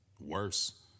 Worse